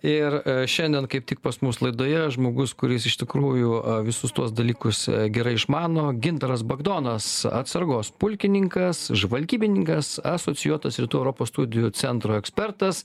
ir šiandien kaip tik pas mus laidoje žmogus kuris iš tikrųjų visus tuos dalykus gerai išmano gintaras bagdonas atsargos pulkininkas žvalgybininkas asocijuotas rytų europos studijų centro ekspertas